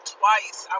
twice